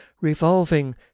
revolving